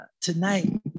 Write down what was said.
tonight